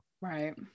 Right